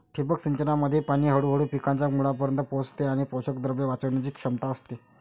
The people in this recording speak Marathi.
ठिबक सिंचनामध्ये पाणी हळूहळू पिकांच्या मुळांपर्यंत पोहोचते आणि पोषकद्रव्ये वाचवण्याची क्षमता असते